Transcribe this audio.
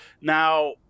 Now